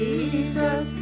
Jesus